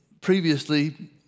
previously